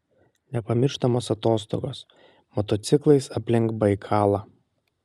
nepamirštamos atostogos motociklais aplink baikalą